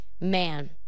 Man